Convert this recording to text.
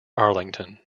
arlington